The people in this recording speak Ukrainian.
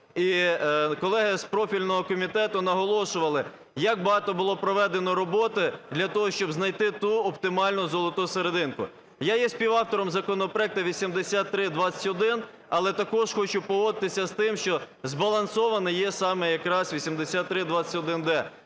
І колеги з профільного комітету наголошували, як багато було проведено роботи для того, щоб знайти ту оптимальну золоту серединку. Я є співавтором законопроекту 8321, але також хочу погодитися з тим, що збалансований є саме якраз 8321-д.